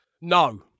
No